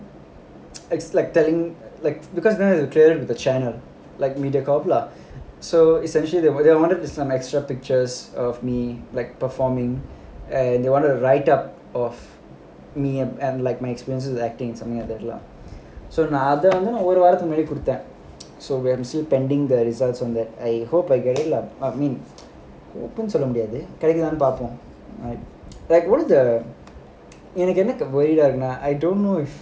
it's like telling like because you don't have to travel with a channel like Mediacorp lah so essentially they were they wanted some extra pictures of me like performing and they want a write up of me and and like my experiences in acting something like that lah so அதுனால நான் ஒரு வாரத்துக்கு முன்னாடியே கொடுத்தேன்:adhunaala naan oru vaarathukku munnaadiyae koduthaen so we are still pending the results from that I hope I get it lah சொல்ல முடியாது கிடைக்குதான்னு பார்ப்போம்:solla mudiyaathu kidaikuthaannu paarppom like one of the I don't know if